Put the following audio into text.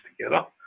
together